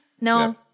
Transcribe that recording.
no